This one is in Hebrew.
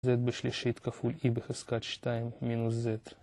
z בשלישית כפול e בחזקת שתיים מינוס z